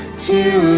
to